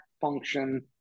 function